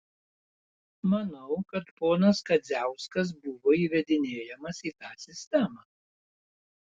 manau kad ponas kadziauskas buvo įvedinėjamas į tą sistemą